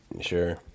sure